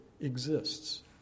exists